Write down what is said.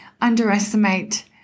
underestimate